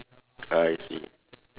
I see